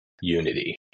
unity